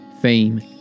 fame